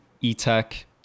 e-tech